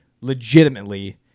legitimately